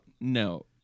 no